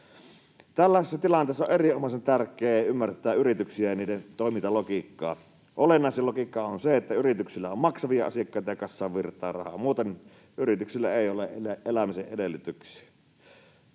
Tällaisessa tilanteessa on erinomaisen tärkeää ymmärtää yrityksiä ja niiden toimintalogiikkaa. Olennaisin logiikka on se, että yrityksillä on maksavia asiakkaita ja kassaan virtaa rahaa. Muuten yrityksillä ei ole elämisen edellytyksiä.